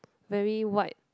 very white